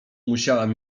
musiałem